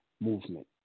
movement